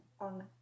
on